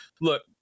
look